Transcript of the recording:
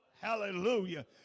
Hallelujah